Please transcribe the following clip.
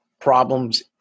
problems